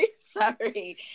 sorry